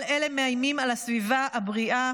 כל אלה מאיימים על הסביבה הבריאה